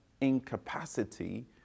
incapacity